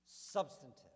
substantive